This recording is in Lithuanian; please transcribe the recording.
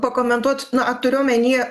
pakomentuot na turiu omeny